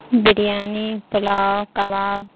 biryani pulao کباب